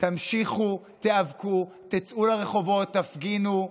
תמשיכו, תיאבקו, תצאו לרחובות, תפגינו.